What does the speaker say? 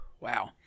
Wow